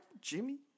Jimmy